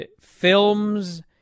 films